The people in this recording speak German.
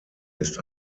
ist